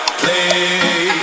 play